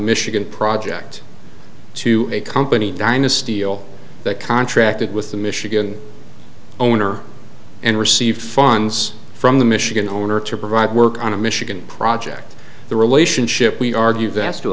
michigan project to a company dynasty all that contracted with the michigan owner and received funds from the michigan homeowner to provide work on a michigan project the relationship we argue that's to